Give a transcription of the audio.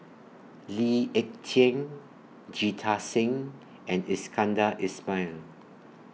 Lee Ek Tieng Jita Singh and Iskandar Ismail